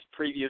preview